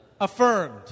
Affirmed